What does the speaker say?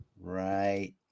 Right